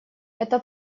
это